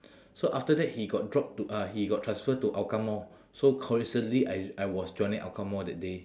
so after that he got drop to uh he got transfer to hougang mall so coincidentally I I was joining hougang mall that day